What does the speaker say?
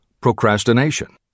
Procrastination